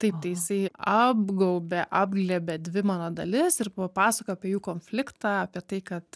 taip tai jisai apgaubia apglėbia dvi mano dalis ir papasakojo apie jų konfliktą apie tai kad